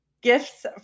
gifts